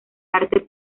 arte